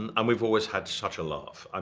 and um we've always had such a laugh. um